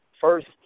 first